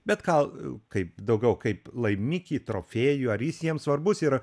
bet gal kaip daugiau kaip laimikį trofėjų ar jis jiems svarbus yra